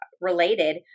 related